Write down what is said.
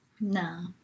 No